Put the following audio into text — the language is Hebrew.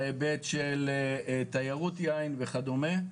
בהיבט של תיירות יין וכדומה.